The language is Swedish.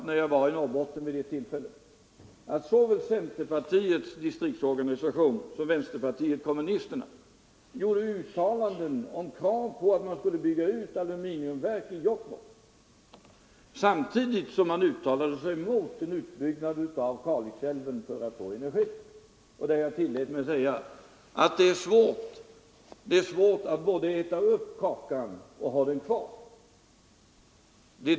När jag var i Norrbotten vid ett tillfälle, uppmärksammade jag att såväl centerpartiets distriktsorganisation som vänsterpartiet kommunisterna gjorde uttalanden med krav på att det skulle byggas ett aluminiumverk i Jokkmokk, samtidigt som man uttalade sig emot en utbyggnad av Kalixälven för att få energi. Jag tillät mig då säga att det är svårt att både äta upp kakan och ha den kvar.